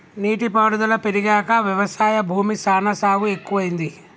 నీటి పారుదల పెరిగాక వ్యవసాయ భూమి సానా సాగు ఎక్కువైంది